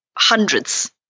hundreds